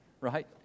right